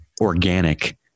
organic